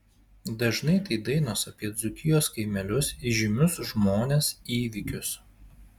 dažnai tai dainos apie dzūkijos kaimelius įžymius žmones įvykius